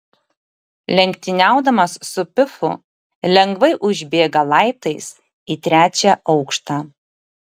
lenktyniaudamas su pifu lengvai užbėga laiptais į trečią aukštą